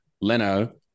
Leno